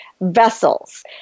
Vessels